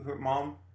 mom